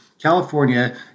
California